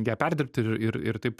ją perdirbt ir ir ir taip